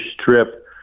strip